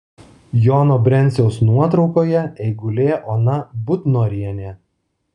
jono brenciaus nuotraukoje eigulė ona butnorienė